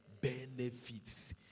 Benefits